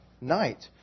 night